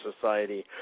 society